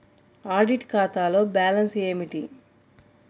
Audit ఖాతాలో balance ఏమిటీ?